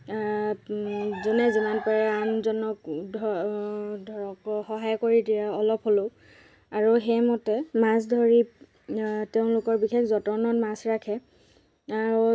মাছ যেতিয়া অলপ ডাঙৰ হয় তেতিয়া মাছক এটা চিবি চিবি নামৰ এটা আধাৰ আছে সেইটো খুৱাই সেইটো খুৱাই দিয়ে সেইটোত বহুত প্ৰ'টিন থাকে সেইটোত বহুত প্ৰ'টিন থাকে তাৰ পিছত